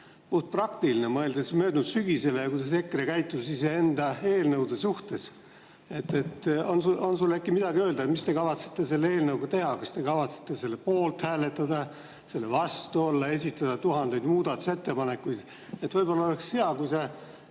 puhtpraktiline, mõeldes möödunud sügisele [ja sellele], kuidas EKRE käitus iseenda eelnõude suhtes. On sul äkki midagi öelda, mis te kavatsete selle eelnõuga teha? Kas te kavatsete selle poolt hääletada, selle vastu olla, esitada tuhandeid muudatusettepanekuid? Võib-olla oleks hea, kui sa